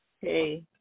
hey